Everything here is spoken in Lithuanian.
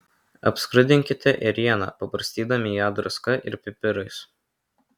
apskrudinkite ėrieną pabarstydami ją druska ir pipirais